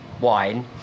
wine